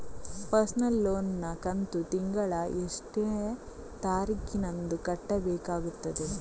Personal loan ನ ಕಂತು ತಿಂಗಳ ಎಷ್ಟೇ ತಾರೀಕಿನಂದು ಕಟ್ಟಬೇಕಾಗುತ್ತದೆ?